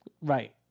Right